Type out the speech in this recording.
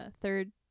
third